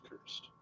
cursed